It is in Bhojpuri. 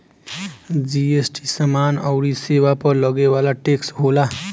जी.एस.टी समाना अउरी सेवा पअ लगे वाला टेक्स होला